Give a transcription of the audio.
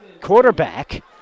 quarterback